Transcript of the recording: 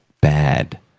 bad